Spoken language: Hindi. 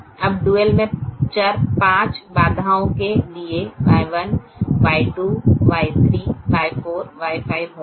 अब डुअल मे चर पांच बाधाओं के लिए Y1 Y2 Y3 Y4 Y5 होंगे